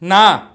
না